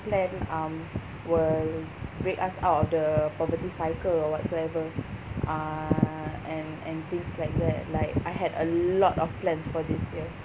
plan um will break us out of the poverty cycle or whatsoever uh and and things like that like I had a lot of plans for this year